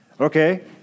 Okay